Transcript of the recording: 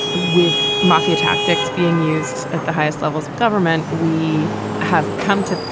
with mafia tactics being used at the highest levels of government we have come to,